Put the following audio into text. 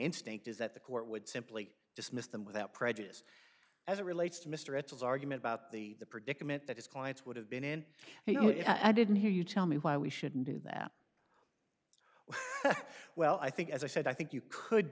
instinct is that the court would simply dismiss them without prejudice as it relates to mr x s argument about the the predicament that his clients would have been in and you know if i didn't hear you tell me why we shouldn't do that well i think as i said i think you could